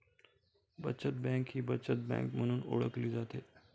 बचत बँक ही बचत बँक म्हणून ओळखली जाते